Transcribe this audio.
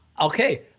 Okay